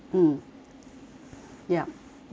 yup mm